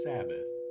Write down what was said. Sabbath